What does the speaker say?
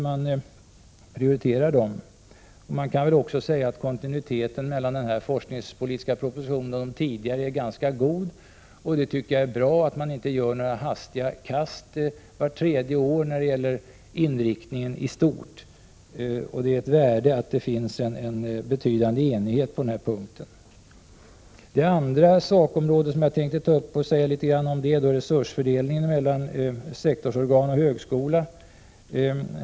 Man kan väl också säga att kontinuiteten mellan den här forskningspolitiska propositionen och de tidigare är ganska god, och jag tycker att det är bra att det inte sker några hastiga kast vart tredje år när det gäller inriktningen i stort. Det är också ett värde att det finns en betydande enighet på den här punkten. Det andra sakområdet som jag tänkte säga litet grand om är resursfördelningen mellan sektorsorgan och högskola.